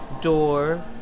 door